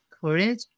courage